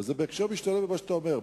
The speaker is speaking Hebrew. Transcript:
וזה בהחלט משתלב עם מה שאתה אומר: